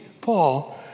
Paul